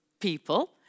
people